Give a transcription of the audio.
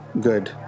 good